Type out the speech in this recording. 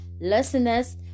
listeners